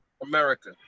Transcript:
America